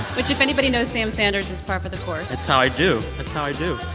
which, if anybody knows sam sanders, is par for the course that's how i do. that's how i do.